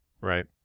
right